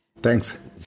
thanks